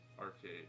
arcade